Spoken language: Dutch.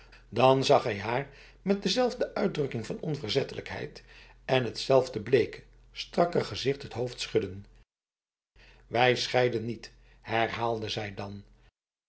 dan zag hij haar met dezelfde uitdrukking van onverzettelijkheid en t zelfde bleke strakke gezicht het hoofd schudden wij scheiden niet herhaalde zij dan